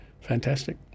fantastic